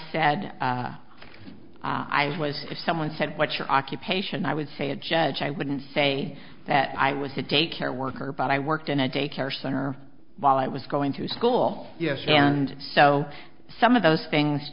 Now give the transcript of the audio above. said i was if someone said what's your occupation i would say a judge i wouldn't say that i was a daycare worker but i worked in a daycare center while i was going to school yes and so some of those things